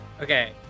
okay